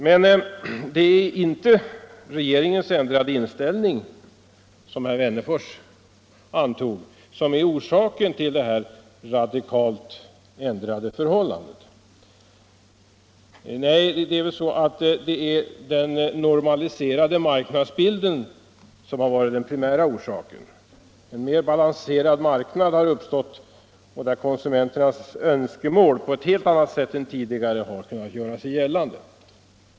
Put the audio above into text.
Men det är inte regeringens ändrade inställning, som herr Wennerfors antog, som är orsaken till det radikalt ändrade förhållandet. Nej, det är väl den normaliserade marknadsbilden som varit den primära orsaken. En mer balanserad marknad har uppstått, där konsumenternas önskemål på ett helt annat sätt än tidigare har kunnat göra sig gällande.